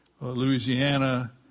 Louisiana